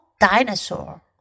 dinosaur